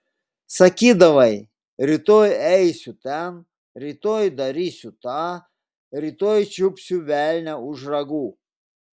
sakydavai rytoj eisiu ten rytoj darysiu tą rytoj čiupsiu velnią už ragų